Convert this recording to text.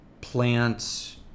plants